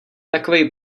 takovej